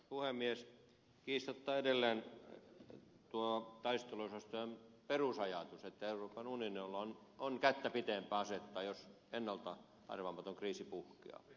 kiistatta edelleen on tuo taisteluosastojen perusajatus että euroopan unionilla on kättä pitempää asetta jos ennalta arvaamaton kriisi puhkeaa